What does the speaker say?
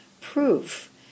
proof